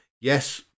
Yes